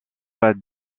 pas